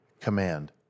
command